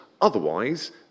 Otherwise